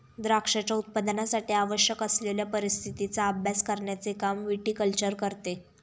द्राक्षांच्या उत्पादनासाठी आवश्यक असलेल्या परिस्थितीचा अभ्यास करण्याचे काम विटीकल्चर करते